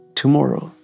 tomorrow